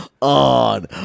on